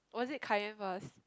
was it Kai-yen first